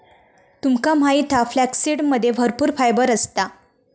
तुमका माहित हा फ्लॅक्ससीडमध्ये भरपूर फायबर असता